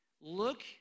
Look